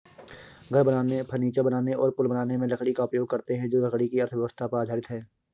घर बनाने, फर्नीचर बनाने और पुल बनाने में लकड़ी का उपयोग करते हैं जो लकड़ी की अर्थव्यवस्था पर आधारित है